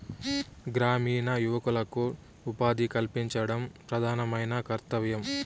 గ్రామీణ యువకులకు ఉపాధి కల్పించడం ప్రధానమైన కర్తవ్యం